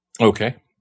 Okay